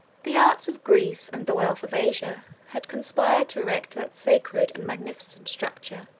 the arts of greece, and the wealth of asia, had conspired to erect that sacred and magnificent structure.